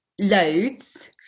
loads